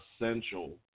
essential